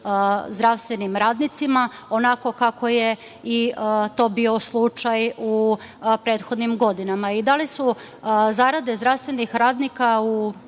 zdravstvenim radnicima, onako kako je bio slučaj u prethodnim godinama. Da li su zarade zdravstvenih radnika u